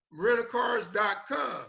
rentacars.com